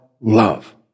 love